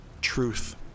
truth